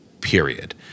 period